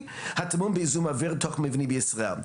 הטמון בזיהום אוויר תוך מבני בישראל.